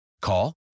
Call